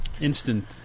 instant